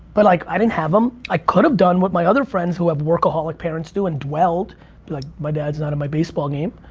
but like i didn't have him. i could have done what my other friends who have workaholic parents do and dwelled. be like my dad's not at my baseball game.